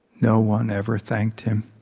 no one ever thanked him